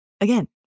Again